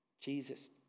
Jesus